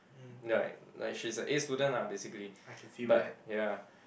like like she's a A student lah basically but ya